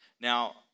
Now